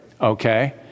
okay